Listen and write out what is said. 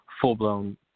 full-blown